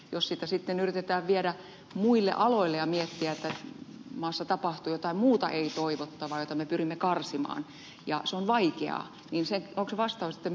jos sitä sitten yritetään viedä muille aloille ja miettiä että maassa tapahtuu jotain muuta ei toivottavaa jota me pyrimme karsimaan mikä on vaikeaa niin onko se vastaus että me hyväksymme sen